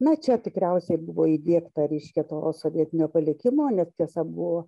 na čia tikriausiai buvo įdiegta reiškia to sovietinio palikimo nes tiesa buvo